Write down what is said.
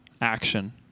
action